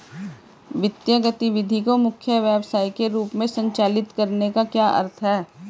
वित्तीय गतिविधि को मुख्य व्यवसाय के रूप में संचालित करने का क्या अर्थ है?